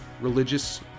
religious